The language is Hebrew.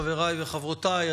חבריי וחברותיי,